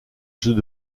jeux